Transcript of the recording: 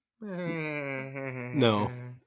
No